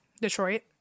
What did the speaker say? detroit